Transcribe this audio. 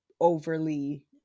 overly